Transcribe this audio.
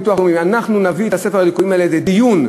הביטוח הלאומי: אנחנו נביא את ספר הליקויים הזה לדיון,